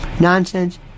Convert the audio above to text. nonsense